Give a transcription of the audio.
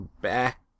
back